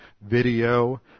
video